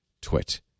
twit